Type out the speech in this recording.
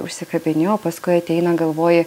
užsikabini o paskui ateina galvoji